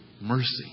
mercy